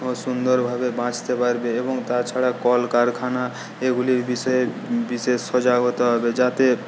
সুন্দরভাবে বাঁচতে পারবে এবং তাছাড়া কলকারখানা এগুলির বিষয়ে বিশেষ সজাগ হতে হবে যাতে